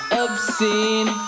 obscene